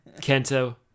Kento